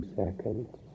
seconds